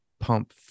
pump